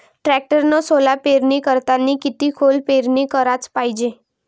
टॅक्टरनं सोला पेरनी करतांनी किती खोल पेरनी कराच पायजे?